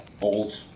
Old